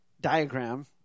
diagram